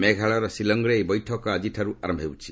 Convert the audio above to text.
ମେଘାଳୟର ସିଲଙ୍ଗରେ ଏହି ବୈଠକ ଆଜିଠାରୁ ଆରମ୍ଭ ହେଉଛି